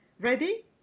ready